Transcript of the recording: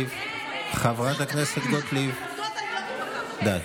גוטליב, די.